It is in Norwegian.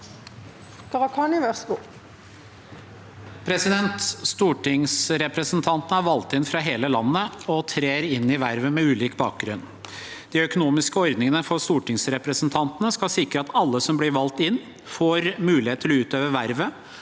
Stortingsrepresentantene er valgt inn fra hele landet og trer inn i vervet med ulik bakgrunn. De økonomiske ordningene for stortingsrepresentantene skal sikre at alle som blir valgt inn, får mulighet til å utøve vervet